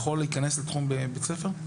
יכול להיכנס לעבודה בתחום בית הספר?